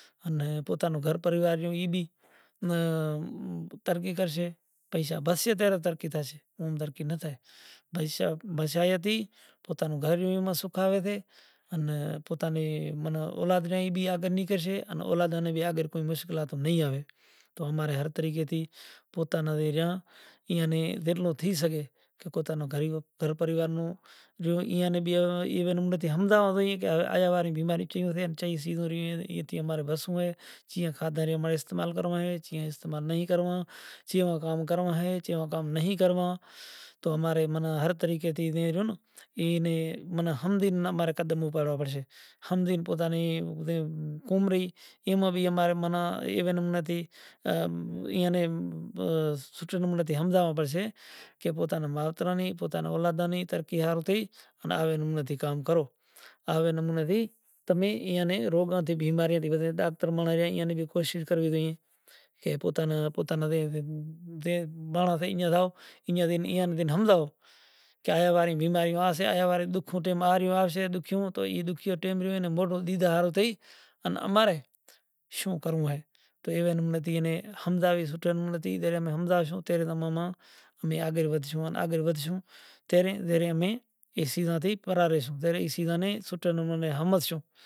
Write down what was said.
زے کدہی ماں رو کام تماں نے گمتو نتھی تو ہوں تمارو راجواڑو ویچی بیزے پاہے زاتو رہیس، تو بھلیں زاتو راہ تو پوہتاں نیں دھرمپتنی ناں کیدہو کہ ای زاتو رو تو بیزی نگری ماں جونپڑی واڑی آن ہری کیرتن کرے اینو پیٹ گزرن کرے تو سمو ہالتو ریو ایم کرتا کرتا ایک دہاڑو پوہتے بازار ماں ہری کیرتن کرے اے نرسیم پتا تمیں تو ہری کیرتن کرے ریا سو آز تمارو پتا رضا کرے گیو سے ان تمیں آئے ہری کیرتن کرے ریا سو راجا کیدہو بھایاں منیں کوئی نیمترنڑ ناں آپیو ماں رو پتا شری کو ڈیو تھے گیا سے تو آپری دھرمپتنی ناں کیدہو آز ماں رو پتا رضا کرے گیو سے پنڑ بھایاں منیں نیمرترنڑ نتھی آپوی کہ تاں را پتا ڈیو تھی گیا سے۔